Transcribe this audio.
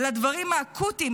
לדברים האקוטיים,